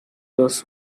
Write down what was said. was